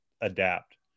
adapt